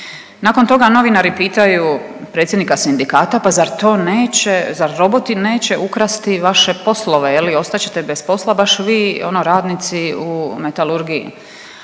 Nakon toga novinari pitaju predsjednika sindikata pa zar to neće, zar roboti neće ukrasti vaše poslove, je li ostat ćete bez posla baš vi ono radnici u metalurgiji.